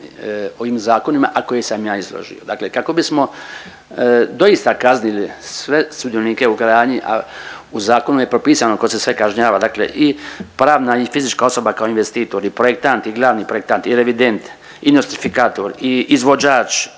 ovim zakonima, a koje sam ja izložio. Dakle kako bismo doista kaznili sve sudionike u gradnji, a u zakonu je propisano tko se sve kažnjava, dakle i pravna i fizička osoba kao investitor i projektant i glavni projektant i revident i nostrifikator i izvođač